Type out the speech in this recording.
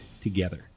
together